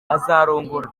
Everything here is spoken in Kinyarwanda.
azarongora